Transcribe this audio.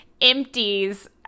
empties